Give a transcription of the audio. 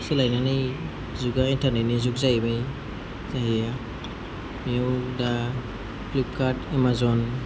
सोलायनानै जुगा इन्टारनेटनि जुग जाहैबाय जाया बेयावनोदा फ्लिपकार्ट एमाजन